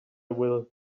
will